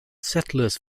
settlers